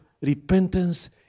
repentance